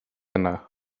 yna